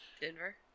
Denver